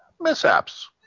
mishaps